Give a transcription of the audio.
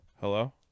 Hello